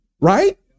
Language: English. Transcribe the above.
Right